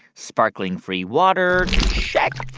sparkling-free water check.